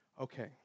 Okay